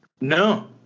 No